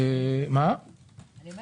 זה הופיע